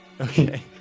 Okay